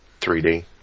3D